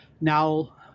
Now